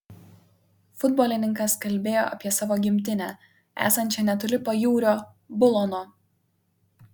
futbolininkas kalbėjo apie savo gimtinę esančią netoli pajūrio bulono